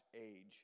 age